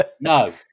No